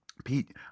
Pete